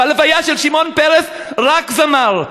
בלוויה של שמעון פרס רק זמר.